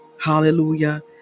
Hallelujah